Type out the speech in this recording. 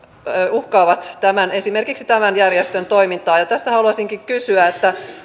uhkaavat esimerkiksi tämän järjestön toimintaa tästä haluaisinkin kysyä